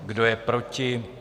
Kdo je proti?